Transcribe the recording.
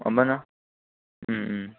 अँ भन उम् उम्